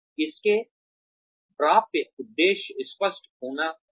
इसके प्राप्य उद्देश्य स्पष्ट होने चाहिए